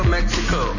Mexico